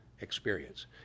experience